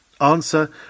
Answer